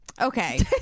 Okay